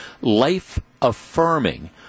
life-affirming